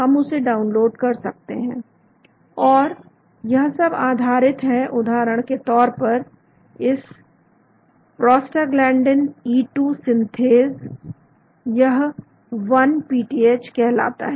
हम उसे डाउनलोड कर सकते हैं और यह सब आधारित है उदाहरण के तौर पर इस प्रोस्टाग्लैंडइन H2 सिंथेज यह 1PTH कहलाता है